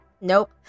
Nope